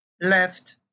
left